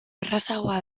errazagoa